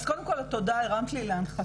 אז קודם כל תודה, הרמת לי להנחתה.